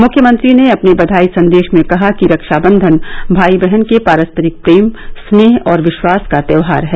मुख्यमंत्री ने अपने बधाई संदेश में कहा कि रक्षावंधन भाई बहन के पारस्परिक प्रेम स्नेह और विश्वास का त्योहार है